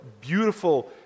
beautiful